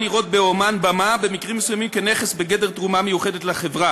ביקשו ממני להזדרז ולמהר.